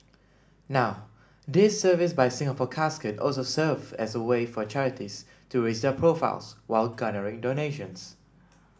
now this service by Singapore Casket also serves as a way for charities to raise their profiles while garnering donations